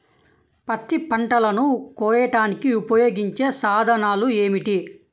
పత్తి పంటలను కోయడానికి ఉపయోగించే సాధనాలు ఏమిటీ?